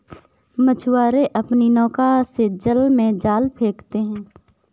मछुआरे अपनी नौका से जल में जाल फेंकते हैं